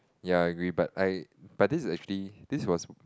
ya I agree but I but this is actually this was